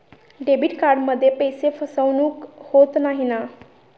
Debit कार्डमध्ये पैसे फसवणूक होत नाही ना?